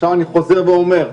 עכשיו אני חוזר ואומר,